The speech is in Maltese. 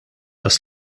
tas